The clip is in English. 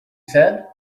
said